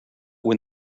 win